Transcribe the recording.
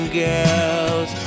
girls